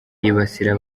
yibasira